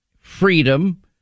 freedom